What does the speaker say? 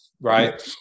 right